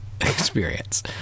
experience